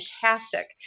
fantastic